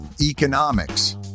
economics